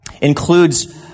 includes